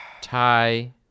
tie